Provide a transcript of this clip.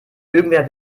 irgendwer